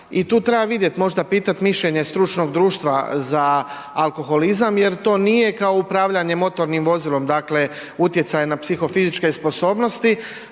i tu treba vidjeti, možda pitati mišljenje stručnog društva za alkoholizam jer to nije kao upravljanje motornim vozilom, dakle utjecaj na psihofizičke sposobnosti,